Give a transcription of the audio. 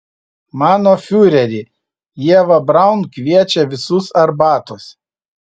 mano fiureri ieva braun kviečia visus arbatos